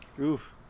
Oof